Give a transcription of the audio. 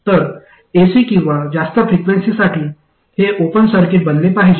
तर एसी किंवा जास्त फ्रिक्वेन्सीसाठी हे ओपन सर्किट बनले पाहिजे